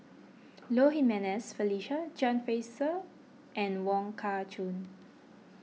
Low Jimenez Felicia John Fraser and Wong Kah Chun